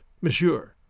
monsieur